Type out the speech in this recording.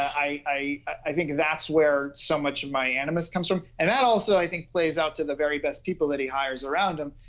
i i think that's where so much of my animus comes from. and that also, i think, plays out to the very best people that he hires around him.